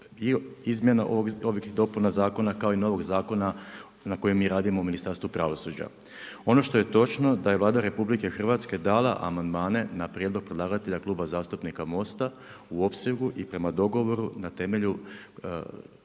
izmjena ovih dopuna zakona kao i novog zakona na kojem mi radimo u Ministarstvu pravosuđa. Ono što je točno da je Vlada RH dala amandmane na prijedlog predlagatelja Kluba zastupnika MOST-a u opsegu i prema dogovoru na temelju